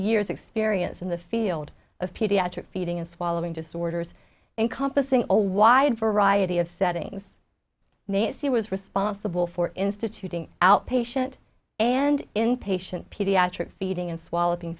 years experience in the field of pediatric feeding and swallowing disorders encompassing a wide variety of settings mate c was responsible for instituting outpatient and inpatient pediatric feeding and swallowing